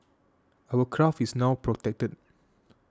our craft is now protected